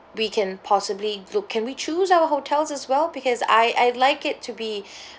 we can possibly look can we choose our hotels as well because I I'd like it to be